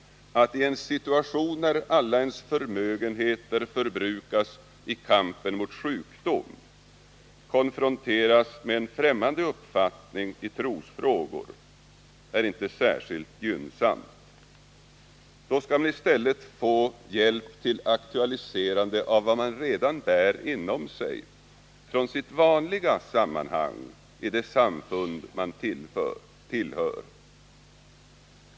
Att i en situation när alla ens förmögenheter förbrukas i kampen mot sjukdom konfronteras med en främmande uppfattning i trosfrågor är inte särskilt gynnsamt. Då skall man i stället få hjälp till aktualiserande av vad man redan bär inom sig från sitt vanliga sammanhang från det samfund som man tillhör.